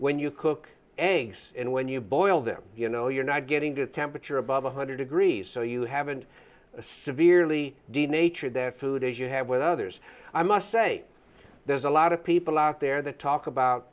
when you cook eggs and when you boil them you know you're not getting the temperature above one hundred degrees so you haven't severely denatured their food as you have with others i must say there's a lot of people out there that talk about